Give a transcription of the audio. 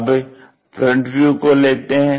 अब front view को लेते हैं